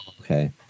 Okay